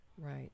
right